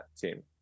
team